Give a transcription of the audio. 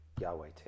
Yahweh